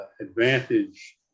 advantage